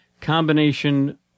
combination